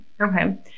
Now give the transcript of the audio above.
Okay